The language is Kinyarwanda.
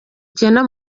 kenya